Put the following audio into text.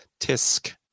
Tisk